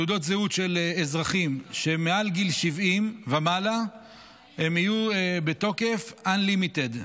תעודות זהות של אזרחים שמעל גיל 70 יהיו בתוקף unlimited,